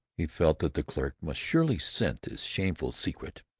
he felt that the clerk must surely scent his shameful secret.